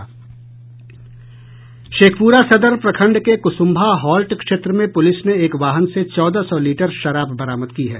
शेखपुरा सदर प्रखंड के कुसुम्भा हाल्ट क्षेत्र में पुलिस ने एक वाहन से चौदह सौ लीटर शराब बरामद की है